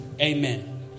Amen